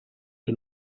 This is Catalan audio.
que